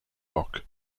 rock